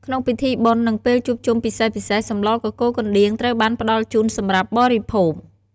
ក្នុងពិធីបុណ្យនិងពេលជួបជុំពិសេសៗសម្លកកូរកណ្ដៀងត្រូវបានផ្តល់ជូនសម្រាប់បរិភោគ។